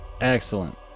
excellent